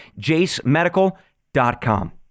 jasemedical.com